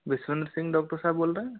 Vishwanath Singh doctor साहब बोल रहे हैं